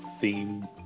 theme